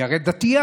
היא הרי דתייה,